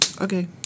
Okay